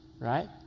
right